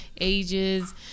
ages